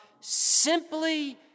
simply